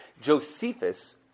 Josephus